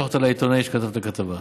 לשלוח אותה לעיתונאי שכתב את הכתבה,